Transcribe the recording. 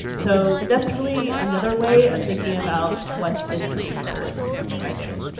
so that's really another way of thinking about what this paper is describing.